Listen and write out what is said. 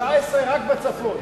יש 19 רק בצפון.